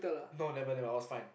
no never never I was fine